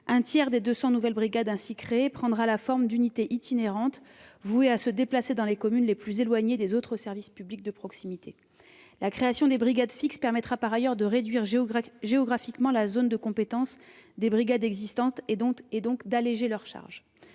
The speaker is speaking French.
Un tiers des 200 nouvelles brigades ainsi créées prendra la forme d'unités itinérantes, vouées à se déplacer dans les communes les plus éloignées des autres services publics de proximité. La création des brigades fixes permettra par ailleurs de réduire géographiquement la zone de compétence des brigades existantes, et donc d'alléger leur charge.